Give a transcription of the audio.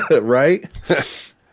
right